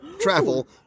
travel